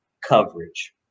coverage